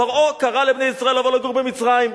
פרעה קרא לבני ישראל לבוא לגור במצרים.